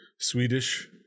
swedish